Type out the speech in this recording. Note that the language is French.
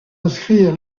inscrire